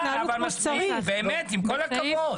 אבל מספיק, באמת, עם כל הכבוד.